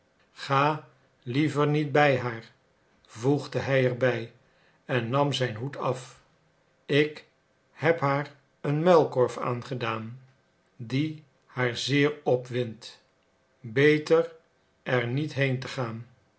ga liever niet bij haar voegde hij er bij en nam zijn hoed af ik heb haar een muilkorf aangedaan die haar zeer opwindt beter er niet heen te gaan